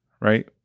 right